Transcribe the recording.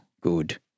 good